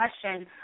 question